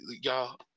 y'all